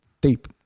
deep